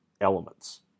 elements